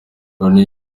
loni